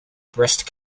breast